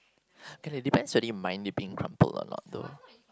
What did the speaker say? and it depends whether you mind leaving it crumpled or auto